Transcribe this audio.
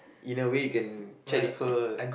in a way you can chat with her